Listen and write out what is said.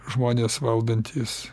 žmonės valdantys